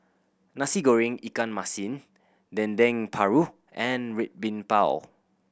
Nasi Goreng ikan masin Dendeng Paru and Red Bean Bao